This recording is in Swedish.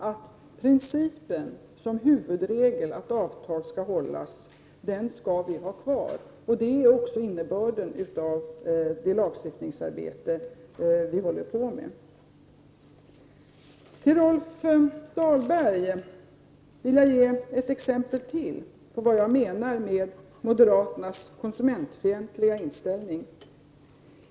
Vi skall ha kvar principen om att avtal skall hållas som huvudregel. Det är också innebörden av det lagstiftningsarbete som vi håller på med. Till Rolf Dahlberg vill jag ge ett exempel på vad jag menar med moderaternas konsumentfientliga inställning.